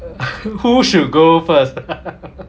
who should go first